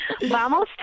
Vamos